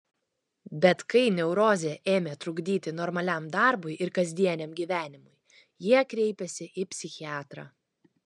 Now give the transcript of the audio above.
bet kai neurozė ėmė trukdyti normaliam darbui ir kasdieniam gyvenimui jie kreipėsi į psichiatrą